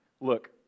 Look